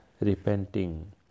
repenting